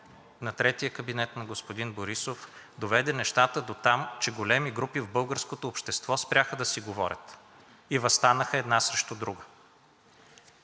на третия кабинет на господин Борисов доведе нещата дотам, че големи групи в българското общество спряха да си говорят и въстанаха една срещу друга